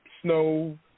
snow